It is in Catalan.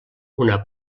una